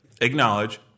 acknowledge